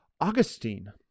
Augustine